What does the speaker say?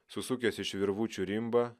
susukęs iš virvučių rimbą